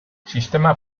sistema